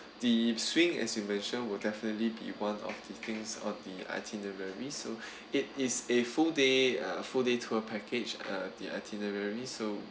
the swing as you mention would definitely be one of the things or the itinerary so it is a full day uh full day tour package uh the itinerary so